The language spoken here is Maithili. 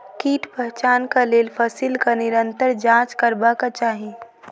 कीट पहचानक लेल फसीलक निरंतर जांच करबाक चाही